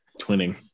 Twinning